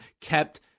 kept